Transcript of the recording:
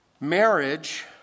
Marriage